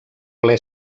ple